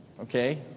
okay